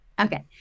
Okay